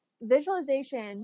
visualization